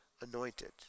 anointed